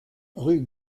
rue